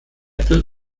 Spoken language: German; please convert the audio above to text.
apple